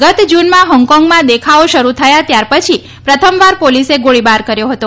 ગત જૂનમાં હોંગકોંગમાં દેખાવો શરૂ થયા ત્યાર પછી પ્રથમવાર પોલીસે ગોળીબાર કર્યો હતો